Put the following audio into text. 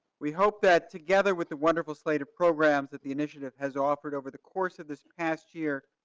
we hope that together with a wonderful slate of programs that the initiative has offered over the course of this past year,